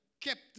kept